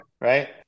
right